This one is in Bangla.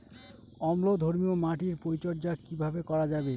অম্লধর্মীয় মাটির পরিচর্যা কিভাবে করা যাবে?